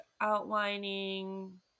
outlining